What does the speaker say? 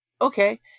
okay